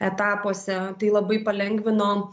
etapuose tai labai palengvino